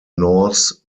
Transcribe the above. norse